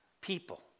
people